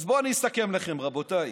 אז בואו אני אסכם לכם, רבותיי.